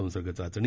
संसर्ग चाचणी